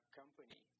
company